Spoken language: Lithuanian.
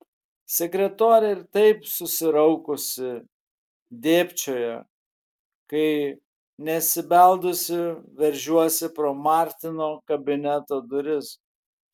sekretorė ir taip susiraukusi dėbčioja kai nesibeldusi veržiuosi pro martino kabineto duris